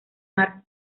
mar